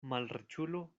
malriĉulo